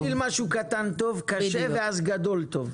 תתחיל עם משהו קטן טוב ואז משהו גדול טוב.